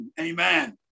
Amen